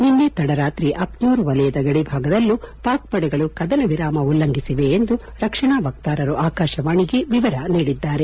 ನಿನ್ನೆ ತಡರಾತ್ರಿ ಅಖ್ಯೂರು ವಲಯದ ಗಡಿಭಾಗದಲ್ಲೂ ಪಾಕ್ ಪಡೆಗಳು ಕದನ ವಿರಾಮ ಉಲ್ಲಂಘಿಸಿವೆ ಎಂದು ರಕ್ಷಣಾ ವಕ್ತಾರರು ಆಕಾಶವಾಣಿಗೆ ವಿವರ ನೀಡಿದ್ದಾರೆ